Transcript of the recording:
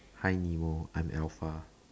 hi nemo I'm alpha